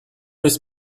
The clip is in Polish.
jest